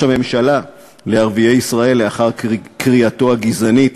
הממשלה לערביי ישראל לאחר קריאתו הגזענית